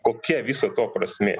kokia viso to prasmė